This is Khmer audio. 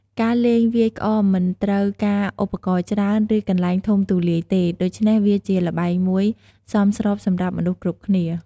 ការលេងវាយក្អមមិនត្រូវការឧបករណ៍ច្រើន ឬកន្លែងធំទូលាយទេ ដូច្នេះវាជាល្បែងមួយសមស្របសម្រាប់មនុស្សគ្រប់គ្នា។